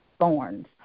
thorns